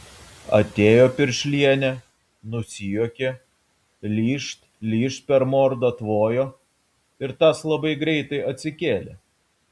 atėjo piršlienė nusijuokė lyžt lyžt per mordą tvojo ir tas labai greitai atsikėlė